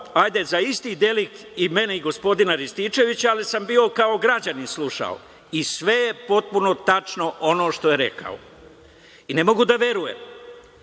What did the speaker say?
hajde, za isti delikt i mene i gospodina Rističevića ali sam bio kao građanin, slušao. I sve je potpuno tačno ono što je rekao. Ne mogu da verujem